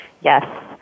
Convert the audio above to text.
Yes